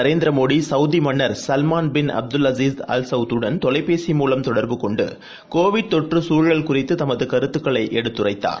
நரேந்திரமோடிசவுதிமன்னர் Salman bin Abdulaziz Al Saud உடன் தொலைபேசி மூலம் தொடர்பு கொண்டுகோவிட் தொற்றுகுழல் குறித்துதமதுகருத்துகளைஎடுத்துரைத்தார்